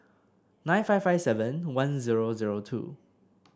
nine five five seven one zero zero two